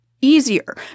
easier